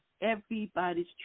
everybody's